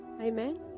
Amen